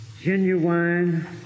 genuine